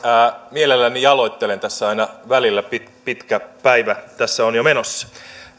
mielelläni jaloittelen tässä aina välillä pitkä päivä tässä on jo menossa